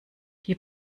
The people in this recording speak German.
die